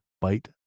bite